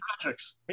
projects